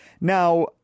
Now